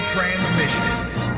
Transmissions